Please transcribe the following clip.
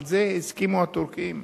על זה הסכימו הטורקים.